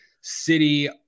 city